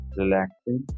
relaxing